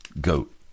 goat